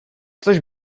což